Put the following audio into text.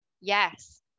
yes